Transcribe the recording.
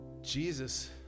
Jesus